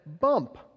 bump